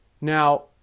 Now